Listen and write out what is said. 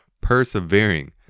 persevering